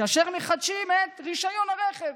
כאשר הם מחדשים את רישיון הרכב.